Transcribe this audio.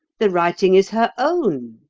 the writing is her own,